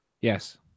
Yes